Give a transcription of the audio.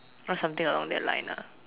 or something along that line lah